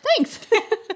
Thanks